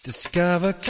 Discover